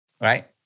right